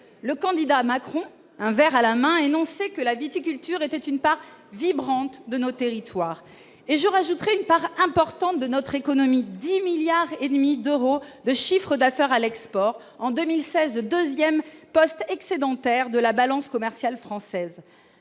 le candidat Macron un verre à la main et annoncé que la viticulture était une part vibrante de nos territoires et je rajouterai une part importante de notre économie, 10 milliards et demi d'euros de chiffre d'affaires à l'export en 2016 le 2ème poste excédentaire de la balance commerciale française